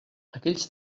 aquells